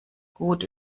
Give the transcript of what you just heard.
gut